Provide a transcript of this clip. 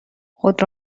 خود